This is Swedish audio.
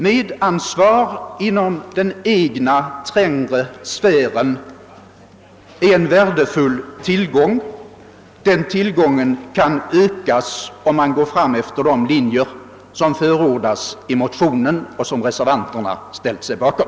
Medansvar inom den egna trängre sfären är en värdefull tillgång. Den tillgången kan ökas, om man går fram efter de linjer som förordas i motionerna och som reservanterna ställt sig bakom.